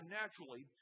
naturally